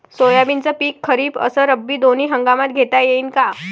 सोयाबीनचं पिक खरीप अस रब्बी दोनी हंगामात घेता येईन का?